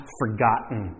forgotten